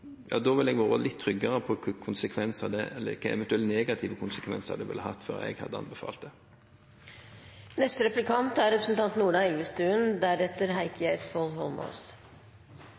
jeg vært litt tryggere på hvilke eventuelle negative konsekvenser det ville hatt, før jeg hadde anbefalt det.